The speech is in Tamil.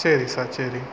சரி சார் சரி